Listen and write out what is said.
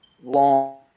long